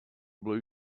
blue